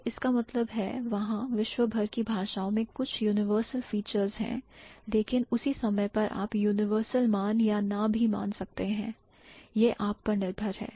तो इसका मतलब है वहां विश्वभर की भाषाओं में कुछ universal features हैं लेकिन उसी समय पर आप universal मान या ना भी मान सकते हैं यह आप पर निर्भर है